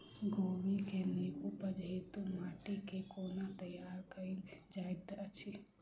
कोबी केँ नीक उपज हेतु माटि केँ कोना तैयार कएल जाइत अछि?